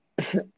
Okay